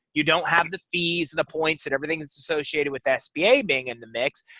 you don't have the fees. the points that everything is associated with sba being in the mix.